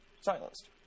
silenced